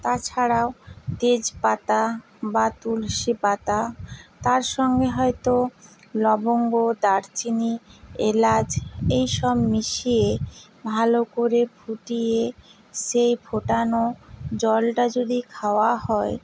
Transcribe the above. তাছাড়াও তেজপাতা বা তুলসী পাতা তার সঙ্গে হয়তো লবঙ্গ দারুচিনি এলাচ এই সব মিশিয়ে ভালো করে ফুটিয়ে সেই ফোটানো জলটা যদি খাওয়া হয়